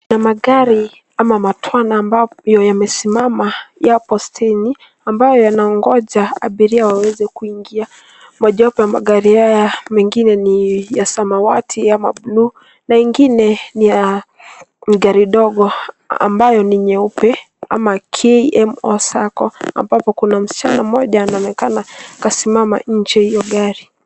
Kuna magari au matwana ambayo imesimama, yapo steji ambayo yanaongoja abiria waweze kuingia. Mojawapo ya magari haya mengine ni ya samawati ama buluu na mengine ni ya gari dogo ambayo ni nyeupe ama KMOSA sacco ambapo kuna msichana mmoja anaonekana kasimama je ya hiyo gari.